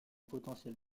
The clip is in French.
potentiels